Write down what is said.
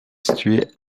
situé